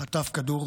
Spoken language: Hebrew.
וחטף כדור